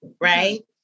right